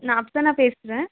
நான் அப்சானா பேசுகிறேன்